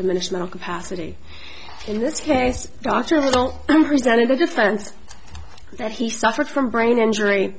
diminished capacity in this case dr little presented the defense that he suffered from brain injury